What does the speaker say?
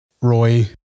Roy